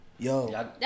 Yo